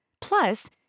Plus